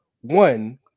One